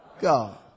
God